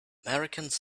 americans